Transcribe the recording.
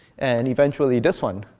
and eventually this one,